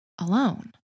alone